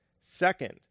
Second